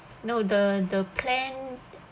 no the the plan